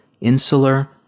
insular